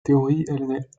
théorie